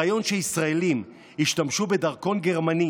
הרעיון שישראלים ישתמשו בדרכון גרמני